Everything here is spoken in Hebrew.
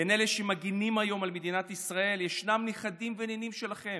בין אלה שמגינים היום על מדינת ישראל ישנם נכדים ונינים שלכם,